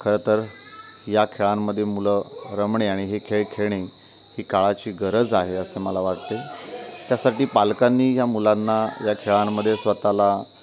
खरं तर या खेळांमध्ये मुलं रमणे आणि हे खेळ खेळणे ही काळाची गरज आहे असं मला वाटते त्यासाठी पालकांनी या मुलांना या खेळांमध्ये स्वतःला